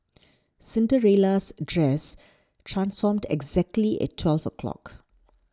Cinderella's dress transformed exactly at twelve o' clock